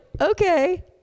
okay